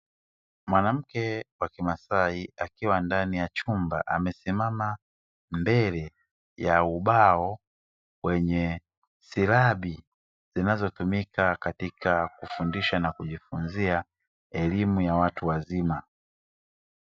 Mwanamke wa kimasai, akiwa ndani ya chumba. Amesimama mbele ya ubao wenye silabi, zinazotumika katika kufundisha na kujifunzia elimu ya watu wazima.